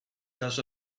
does